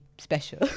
special